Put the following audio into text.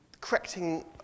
correcting